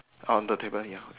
on the table ya